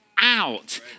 out